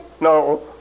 No